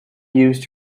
used